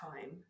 time